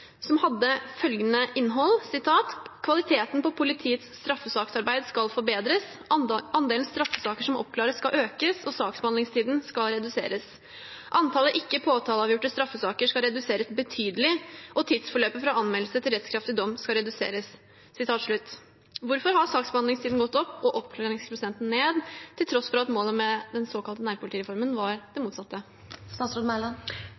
som hadde følgende innhold: «Kvaliteten på politiets straffesaksarbeid skal forbedres. Andelen straffesaker som oppklares skal økes, og saksbehandlingstiden skal reduseres. Antallet ikke påtaleavgjorte straffesaker skal reduseres betydelig, og tidsforløpet fra anmeldelse til rettskraftig dom skal reduseres.» Hvorfor har saksbehandlingstiden gått opp og oppklaringsprosenten ned til tross for at målet med den såkalte nærpolitireformen var det